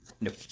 Nope